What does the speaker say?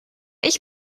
ich